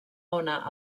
ona